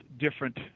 different